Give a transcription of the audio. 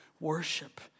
worship